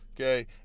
okay